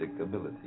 ability